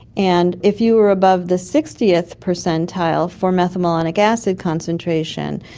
and if you were above the sixtieth percentile for methylmalonic acid concentration,